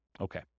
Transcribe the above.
okay